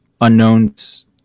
unknowns